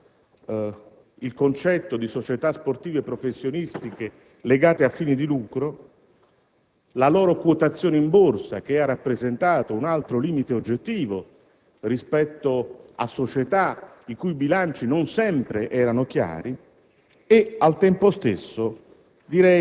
per quanto riguarda il concetto di società sportive professionistiche a fini di lucro, la loro quotazione in Borsa, che ha rappresentato un altro limite oggettivo rispetto a società i cui bilanci non sempre erano chiari,